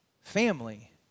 family